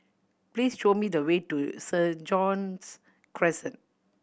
please show me the way to Saint John's Crescent